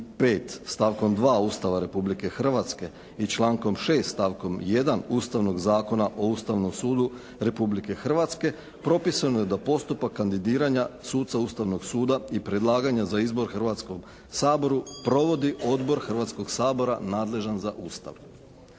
stavkom 2. Ustava Republike Hrvatske i člankom 6. stavkom 1. Ustavnog zakona o Ustavnom sudu Republike Hrvatske propisano je da postupak kandidiranja suca Ustavnog suda i predlaganja za izbor Hrvatskom saboru provodi odbor Hrvatskog sabora nadležan za Ustav.